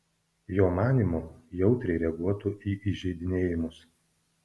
jo manymu jautriai reaguotų į įžeidinėjimus